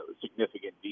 significant